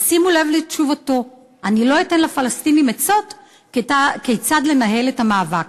אז שימו לב לתשובתו: אני לא אתן לפלסטינים עצות כיצד לנהל את המאבק.